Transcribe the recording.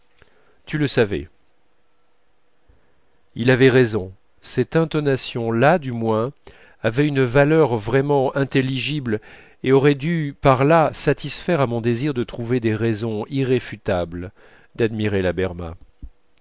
tu le savais il avait raison cette intonation là du moins avait une valeur vraiment intelligible et aurait pu par là satisfaire à mon désir de trouver des raisons irréfutables d'admirer la